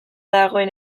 dagoen